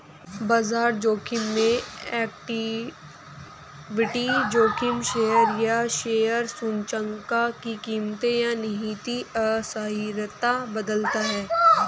बाजार जोखिम में इक्विटी जोखिम शेयर या शेयर सूचकांक की कीमतें या निहित अस्थिरता बदलता है